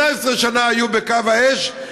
18 שנה היו בקו האש,